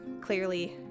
clearly